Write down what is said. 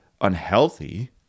unhealthy